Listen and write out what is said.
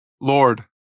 Lord